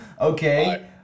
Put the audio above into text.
Okay